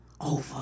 over